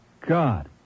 God